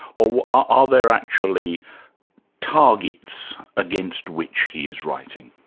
or are there actually targets against which he is writing?